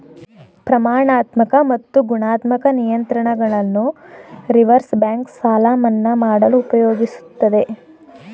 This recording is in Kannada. ಪ್ರಮಾಣಾತ್ಮಕ ಮತ್ತು ಗುಣಾತ್ಮಕ ನಿಯಂತ್ರಣಗಳನ್ನು ರಿವರ್ಸ್ ಬ್ಯಾಂಕ್ ಸಾಲ ಮನ್ನಾ ಮಾಡಲು ಉಪಯೋಗಿಸುತ್ತದೆ